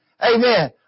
Amen